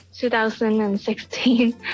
2016